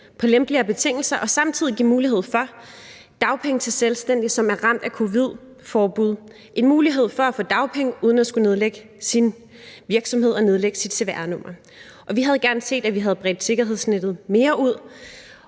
på lempeligere betingelser og samtidig give mulighed for dagpenge til selvstændige, som er ramte af coronaforbud, en mulighed for at få dagpenge uden at skulle nedlægge sin virksomhed og sit cvr-nummer. Vi havde gerne set, at vi havde bredt sikkerhedsnettet mere ud,